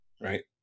Right